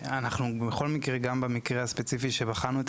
אנחנו בכל מקרה - גם במקרה הספציפי עת בחנו את